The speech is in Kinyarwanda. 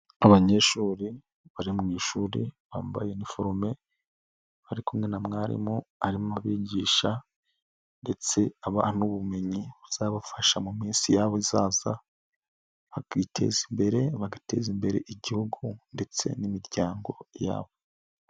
Abanyeshuri bari mu ishuri bambaye iniforme bari kumwe na mwarimu arimo abigisha ndetse n'ubumenyi buzabafasha mu minsi yabo izaza, bakiteza imbere bagateza imbere igihugu ndetse n'imiryango yabo.